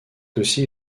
aussi